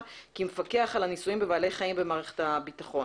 כמפקח על הניסויים בבעלי חיים במערכת הביטחון.